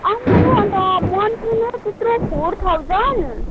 आम्माहो अन्त मन्थली नै त्यत्रो फोर थाउजन